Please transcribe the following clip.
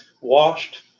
washed